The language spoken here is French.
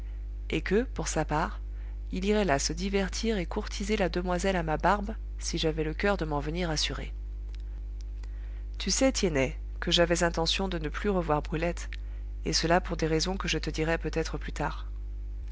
et que pour sa part il irait là se divertir et courtiser la demoiselle à ma barbe si j'avais le coeur de m'en venir assurer tu sais tiennet que j'avais intention de ne plus revoir brulette et cela pour des raisons que je te dirai peut-être plus tard